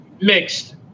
Mixed